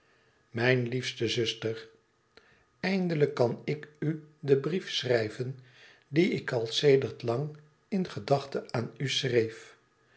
mijn liefste zuster eindelijk kan ik u den brief schrijven die ik al sedert lang in gedachte aan u schreef